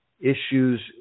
issues